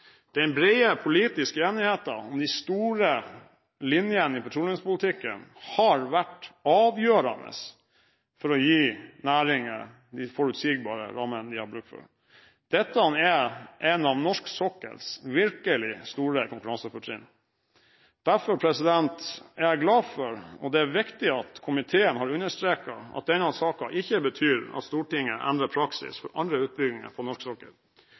Den brede politiske enigheten om de store linjene i petroleumspolitikken har vært avgjørende for å gi næringen de forutsigbare rammene den har bruk for. Dette er et av norsk sokkels virkelig store konkurransefortrinn. Derfor er jeg glad for – og det er det viktig at komiteen har understreket – at denne saken ikke betyr at Stortinget endrer praksis for andre